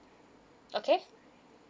okay